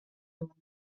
دنیام